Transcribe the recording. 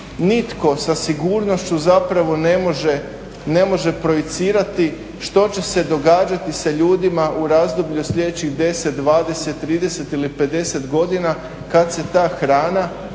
nitko sa sigurnošću zapravo ne može projicirati što će se događati sa ljudima u razdoblju od sljedećih 10, 20, 30 ili 50 godina kad se ta hrana